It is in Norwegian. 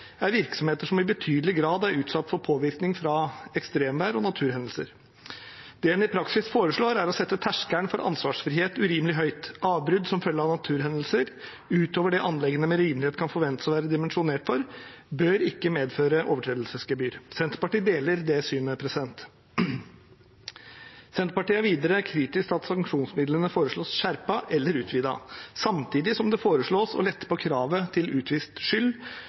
er virksomheter som i betydelig grad er utsatt for påvirkning fra ekstremvær og naturhendelser. Det en i praksis foreslår, er å sette terskelen for ansvarsfrihet urimelig høyt. Avbrudd som følge av naturhendelser, utover det anleggene med rimelighet kan forventes å være dimensjonert for, bør ikke medføre overtredelsesgebyr. Senterpartiet deler det synet. Senterpartiet er videre kritisk til at sanksjonsmidlene foreslås skjerpet eller utvidet, samtidig som det foreslås å lette på kravet til utvist skyld